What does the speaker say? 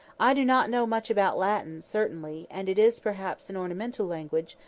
i do not know much about latin, certainly, and it is, perhaps, an ornamental language,